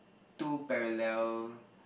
two parallel